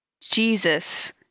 Jesus